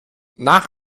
nach